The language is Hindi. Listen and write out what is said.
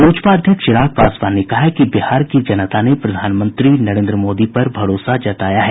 लोजपा अध्यक्ष चिराग पासवान ने कहा है कि बिहार की जनता ने प्रधानमंत्री नरेन्द्र मोदी पर भरोसा जताया है